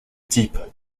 type